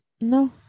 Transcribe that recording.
No